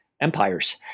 empires